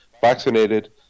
vaccinated